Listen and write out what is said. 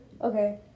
okay